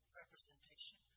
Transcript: representation